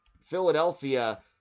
Philadelphia